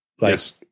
Yes